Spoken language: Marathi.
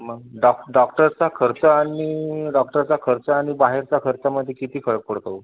मग डॉक डॉक्टरचा खर्च आणि डॉक्टरचा खर्च आणि बाहेरचा खर्चमध्ये किती फरक पडतो